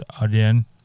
again